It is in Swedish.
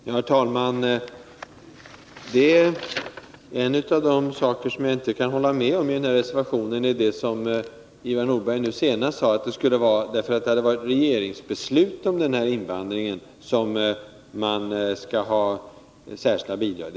Herr talman! Ett av de påståenden i reservationen som jag inte kan instämma i är det som Ivar Nordberg nu gjorde, nämligen att man på grund av regeringsbeslut om den invandring det gäller skall ha särskilda bidrag.